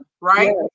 right